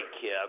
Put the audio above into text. Kip